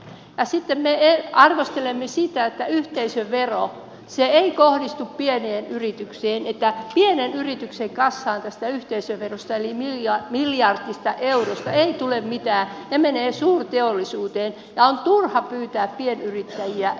sitten me arvostelemme sitä että yhteisövero ei kohdistu pieneen yritykseen että pienen yrityksen kassaan tästä yhteisöverosta eli miljardista eurosta ei tule mitään ne menevät suurteollisuuteen ja on turha pyytää pienyrittäjiä työllistämään